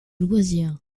loisir